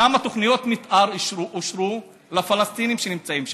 כמה תוכניות מתאר אושרו לפלסטינים שנמצאים שם.